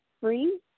free